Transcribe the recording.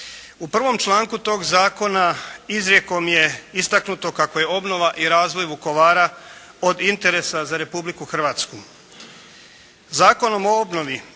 U prvom članku tog zakona izrijekom je istaknuto kako je obnova i razvoj Vukovara od interesa za Republiku Hrvatsku. Zakonom o obnovi